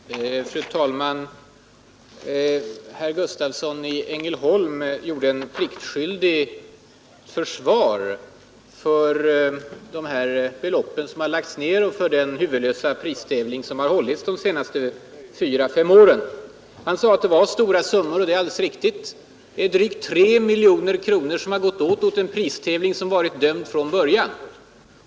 Tisdagen den Fru talman! Herr Gustavsson i Ängelholm försvarade pliktskyldigt de 12 december 1972 belopp som lagts ned på den huvudlösa pristävling som hållits de senaste ———— =fyra fem åren. Han sade att det var ”stora summor”, och det är alldeles Utredning om riksriktigt. Det är drygt 3 miljoner kronor som gått åt till en arkitekttävling dagens hus m.m. som varit dömd från början.